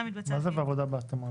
מה זה עבודה בהתאמה?